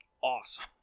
awesome